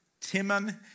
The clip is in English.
Timon